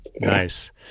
nice